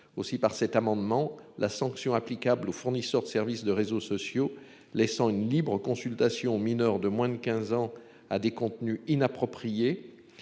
aussi par cet amendement. La sanction applicable aux fournisseurs de services de réseaux sociaux, laissant une libre-consultation mineur de moins de 15 ans à des contenus inappropriés